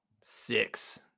six